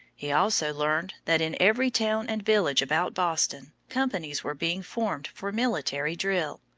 he also learned that, in every town and village about boston, companies were being formed for military drill.